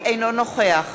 אינו נוכח